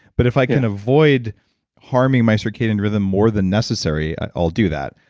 but if i can avoid harming my circadian rhythm more than necessary i'll do that.